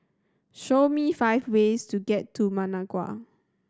show me five ways to get to Managua